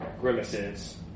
grimaces